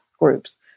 groups